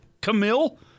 Camille